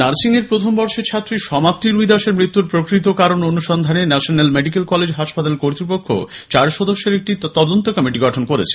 nursing এর প্রথম বর্ষের ছাত্রী সমাপ্তি রুইদাসের মৃত্যুর প্রকৃত কারণ অনুসন্ধানে ন্যাশনাল মেডিক্যাল কলেজ হাসপাতাল কর্তৃপক্ষ চার সদস্যের তদন্ত কমিটি গঠন করেছে